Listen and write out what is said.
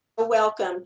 welcome